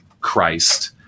Christ